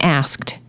asked